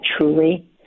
truly